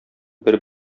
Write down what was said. бер